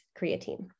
creatine